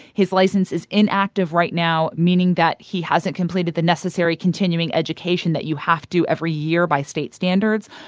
his license is inactive right now, meaning that he hasn't completed the necessary continuing education that you have to every year by state standards.